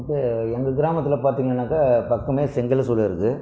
இப்போ எங்கள் கிராமத்தில் பார்த்திங்கன்னாக்கா பக்கமே செங்கல் சூளை இருக்கு